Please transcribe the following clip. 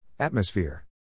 Atmosphere